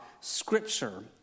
Scripture